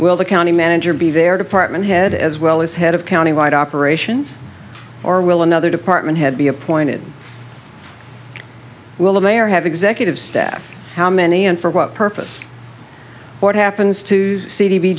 will the county manager be their department head as well as head of county wide operations or will another department head be appointed will the mayor have executive staff how many and for what purpose what happens to c d